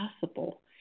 possible